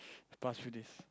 past few days